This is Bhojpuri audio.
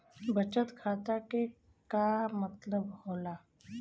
बचत खाता के का मतलब होला?